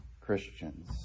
Christians